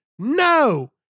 No